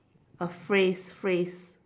a phrase phrase